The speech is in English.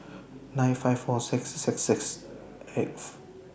nine five four six six six eight